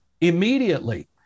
immediately